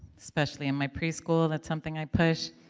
especially in my preschool that's something i push,